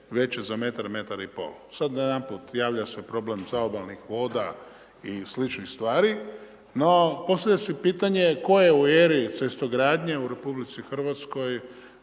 veća za metar, metar i pol. Sada najedanput, javlja se problem zaobalnih voda i sličnih stvari. No, postavlja se pitanje, tko je u eri cestogradnje u RH donio takvu